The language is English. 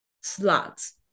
slots